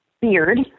beard